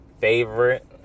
favorite